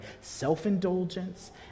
self-indulgence